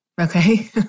okay